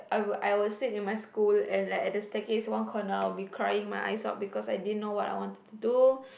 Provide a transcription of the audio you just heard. I would I will sit in my school and like at the staircase one corner I will be crying my eyes out because I didn't know what I wanted to do